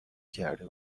کرده